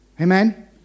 Amen